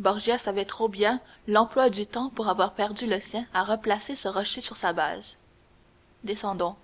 borgia savait trop bien l'emploi du temps pour avoir perdu le sien à replacer ce rocher sur sa base descendons